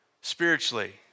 spiritually